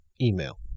email